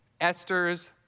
Esther's